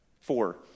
Four